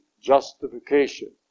justification